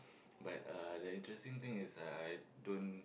but uh the interesting thing is uh I don't